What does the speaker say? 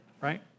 right